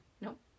Nope